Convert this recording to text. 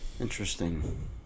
Interesting